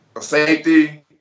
Safety